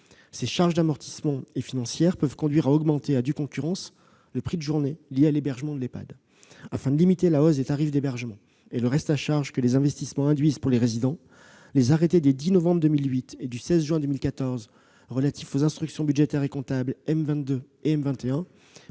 Ces charges d'amortissement et financières peuvent conduire à augmenter, à due concurrence, le prix de journée lié à l'hébergement en Ehpad. Afin de limiter la hausse des tarifs d'hébergement et le reste à charge que les investissements induisent pour les résidents, les arrêtés des 10 novembre 2008 et 16 juin 2014 relatifs aux instructions budgétaires et comptables M22 et M21